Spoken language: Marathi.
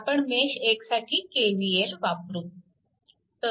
आपण मेश 1 साठी KVL वापरु